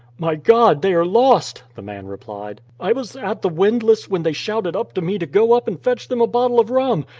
my god! they are lost! the man replied. i was at the windlass when they shouted up to me to go up and fetch them a bottle of rum.